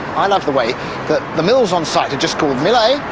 i love the way that the mills on-site are just called mill a,